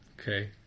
Okay